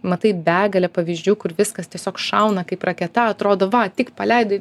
matai begalę pavyzdžių kur viskas tiesiog šauna kaip raketa atrodo va tik paleidai